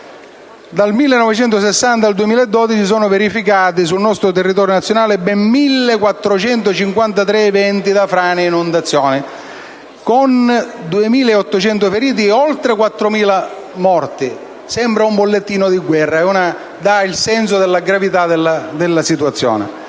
Dal 1960 al 2012 si sono verificati sul territorio nazionale 1.453 eventi tra frane e inondazioni, con 2.836 feriti e 4.132 morti. Sembra un bollettino di guerra e dà il senso della gravità della situazione.